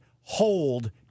hold